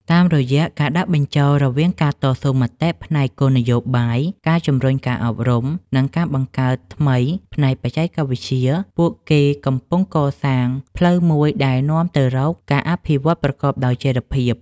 តាមរយៈការដាក់បញ្ចូលរវាងការតស៊ូមតិផ្នែកគោលនយោបាយ ការជំរុញការអប់រំ និងការបង្កើតថ្មីផ្នែកបច្ចេកវិទ្យា ពួកគេកំពុងកសាងផ្លូវមួយដែលនាំទៅរកការអភិវឌ្ឍប្រកបដោយចីរភាព។